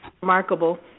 remarkable